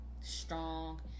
strong